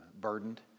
burdened